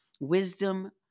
Wisdom